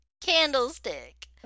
candlestick